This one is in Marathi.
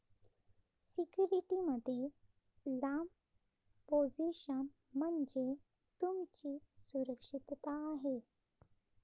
सिक्युरिटी मध्ये लांब पोझिशन म्हणजे तुमची सुरक्षितता आहे